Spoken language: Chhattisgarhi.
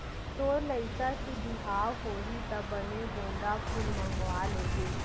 तोर लइका के बिहाव होही त बने गोंदा फूल मंगवा लेबे